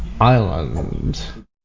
island